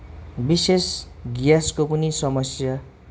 विशेष ग्यासको पनि समस्या